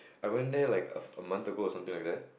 I went there like a a month ago something like that